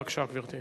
בבקשה, גברתי.